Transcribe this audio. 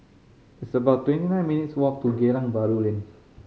it's about twenty nine minutes' walk to Geylang Bahru Lane